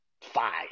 five